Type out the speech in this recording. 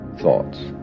thoughts